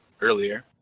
earlier